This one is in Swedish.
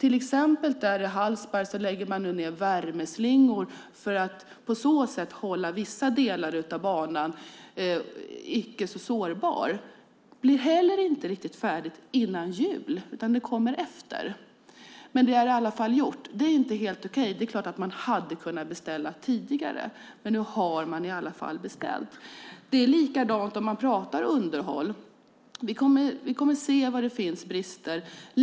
I Hallsberg lägger man till exempel ned värmeslingor för att hålla vissa delar av banan mindre sårbara. Det blir inte heller riktigt färdigt före jul, utan det kommer senare. Det är inte helt okej - det är klart att man hade kunnat beställa tidigare. Men nu har man i alla fall beställt. Det är likadant om man pratar om underhåll, där vi kommer att se var det finns brister.